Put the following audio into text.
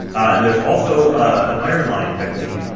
and there's also an iron line technique,